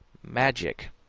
magic,